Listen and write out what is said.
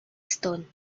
stone